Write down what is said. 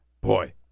Boy